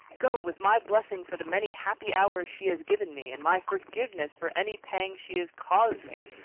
go, with my blessing for the many happy hours she has given me, and my forgiveness for any pang she has caused me.